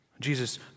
Jesus